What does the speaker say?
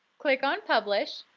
click on publish,